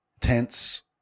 tents